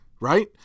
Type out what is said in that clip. right